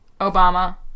obama